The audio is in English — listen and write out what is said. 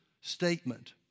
statement